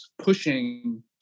pushing